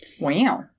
Wow